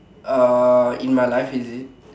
uh in my life is it